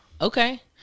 Okay